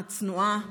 הצנועה,